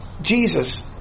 Jesus